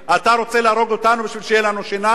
אתה רוצה להרוג אותנו בשביל שיהיו לנו שיניים?